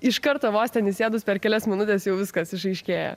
iš karto vos ten įsėdus per kelias minutes jau viskas išaiškėja